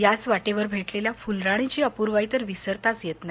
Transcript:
याच वाटेवर भेटलेल्या फुलराणीची अपुर्वाई तर विसरताच येत नाही